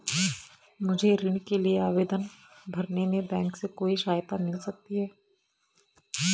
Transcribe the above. मुझे ऋण के लिए आवेदन भरने में बैंक से कोई सहायता मिल सकती है?